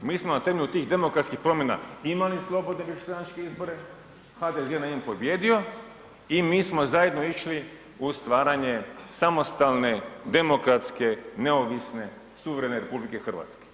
Mi smo na temelju tih demokratskih promjena imali slobodne višestranačke izbore, HDZ je na njima pobijedio i mi smo zajedno išli u stvaranje samostalne, demokratske, neovisne, suverene RH.